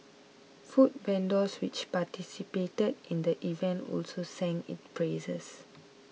food vendors which participated in the event also sang its praises